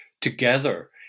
together